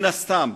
מן הסתם,